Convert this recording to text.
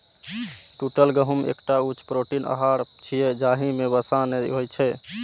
टूटल गहूम एकटा उच्च प्रोटीन आहार छियै, जाहि मे वसा नै होइ छै